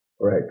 Right